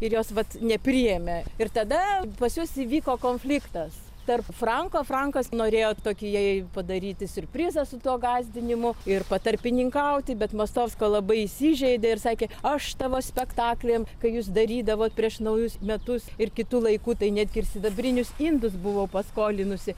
ir jos vat nepriėmė ir tada pas juos įvyko konfliktas tarp franko frankas norėjo tokį jai padaryti siurprizą su tuo gąsdinimu ir patarpininkauti bet mostovska labai įsižeidė ir sakė aš tavo spektakliam kai jūs darydavot prieš naujus metus ir kitu laiku tai netgi ir sidabrinius indus buvau paskolinusi